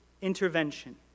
intervention